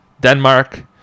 Denmark